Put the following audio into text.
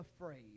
afraid